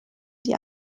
die